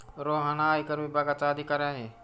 रोहन हा आयकर विभागाचा अधिकारी आहे